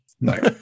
no